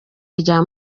rya